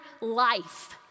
life